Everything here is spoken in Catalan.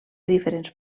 diferents